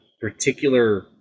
particular